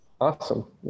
Awesome